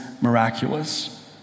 miraculous